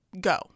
go